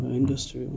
industry